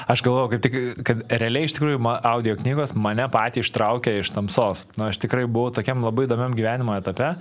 aš galvojau kaip tik kad realiai iš tikrųjų man audioknygos mane patį ištraukė iš tamsos nu aš tikrai buvau tokiam labai įdomiam gyvenimo etape